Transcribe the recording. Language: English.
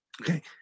Okay